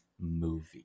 movie